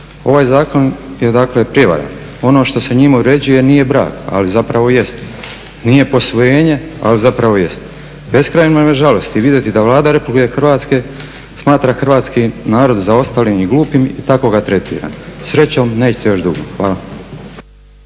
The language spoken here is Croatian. Ovaj zakon je dakle prijevara. Ono što se njime uređuje nije brak, ali zapravo jest, nije posvojenje ali zapravo jest. Beskrajno me žalosti vidjeti da Vlada Republike Hrvatske smatra hrvatski narod zaostalim i glupim i tako ga tretira. Srećom, nećete još dugo. Hvala.